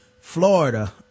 Florida